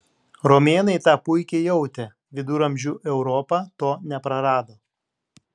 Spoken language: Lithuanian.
romėnai tą puikiai jautė viduramžių europa to neprarado